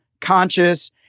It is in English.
conscious